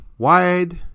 wide